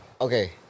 Okay